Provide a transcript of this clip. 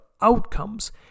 outcomes